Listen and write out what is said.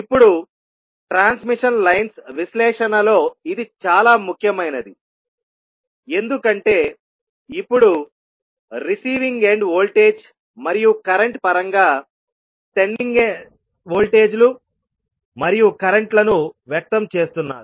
ఇప్పుడు transmission lines విశ్లేషణలో ఇది చాలా ముఖ్యమైనది ఎందుకంటే ఇప్పుడు రిసీవింగ్ ఎండ్ వోల్టేజ్ మరియు కరెంట్ పరంగా సెండింగ్ ఎండ్ వోల్టేజీ లు మరియు కరెంట్ లను వ్యక్తం చేస్తున్నారు